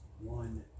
one